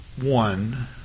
one